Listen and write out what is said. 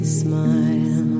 smile